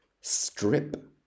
strip